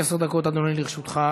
עשר דקות, אדוני, לרשותך.